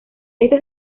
este